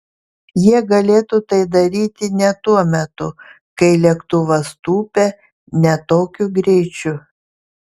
jie galėtų tai daryti ne tuo metu kai lėktuvas tūpia ne tokiu greičiu